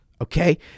okay